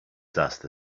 just